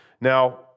Now